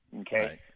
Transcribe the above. okay